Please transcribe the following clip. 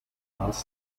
last